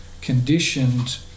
conditioned